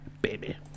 baby